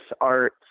art